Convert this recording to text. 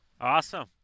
awesome